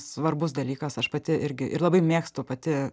svarbus dalykas aš pati irgi ir labai mėgstu pati